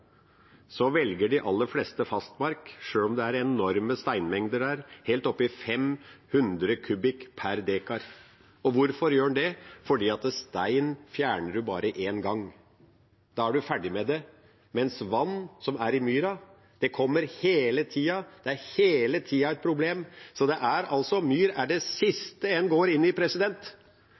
velger de aller fleste fastmark sjøl om det er enorme steinmengder der, helt oppe i 500 kubikk per dekar. Hvorfor gjør man det? Det er fordi stein fjerner man bare én gang. Da er man ferdig med det. Men vann som er i myra, kommer hele tida, det er hele tida et problem, så myr er det siste man går inn i.